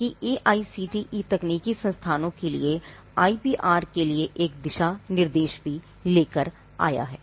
और एआईसीटीई के लिए एक दिशा निर्देश भी लेकर आया है